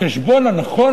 החשבון הנכון,